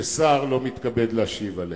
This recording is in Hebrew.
ששר לא מתכבד להשיב עליה.